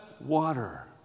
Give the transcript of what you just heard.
water